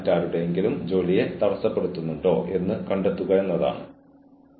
മാറ്റേണ്ട എന്തെങ്കിലും ഉണ്ടെന്ന് നിങ്ങൾ തിരിച്ചറിയുന്നു